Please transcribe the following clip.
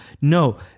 No